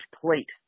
plate